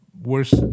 Worse